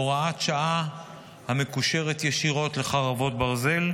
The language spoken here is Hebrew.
הוראת שעה המקושרת ישירות לחרבות ברזל,